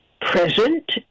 present